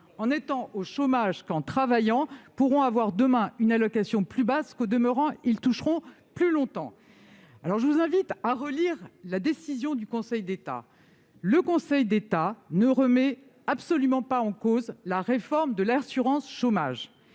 en étant au chômage qu'en travaillant pourront avoir, demain, une allocation plus basse, qu'au demeurant ils toucheront plus longtemps. Je vous invite à relire la décision du Conseil d'État. Elle ne remet absolument pas en cause la réforme de l'assurance chômage.